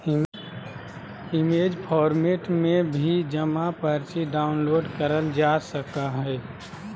image format में भी जमा पर्ची डाउनलोड करल जा सकय हय